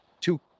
two